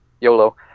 YOLO